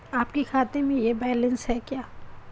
आपके खाते में यह बैलेंस है क्या?